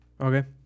okay